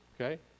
okay